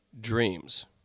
dreams